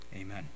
amen